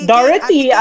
Dorothy